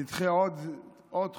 נדחה עוד חוק,